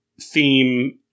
theme